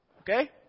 Okay